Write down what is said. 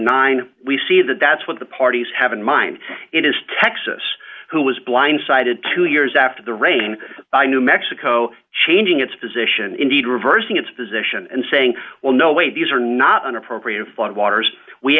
nine we see that that's what the parties have in mind it is texas who was blindsided two years after the rain by new mexico changing its position indeed reversing its position and saying well no wait these are not an appropriate flood waters we